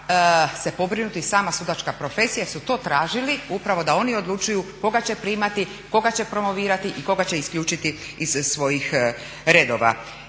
se pobrinuti sama sudačka profesija jer su to tražili upravo da oni odlučuju koga će primati, koga će promovirati i koga će isključiti iz svojih redova.